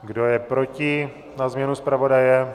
Kdo je proti na změnu zpravodaje?